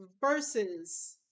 versus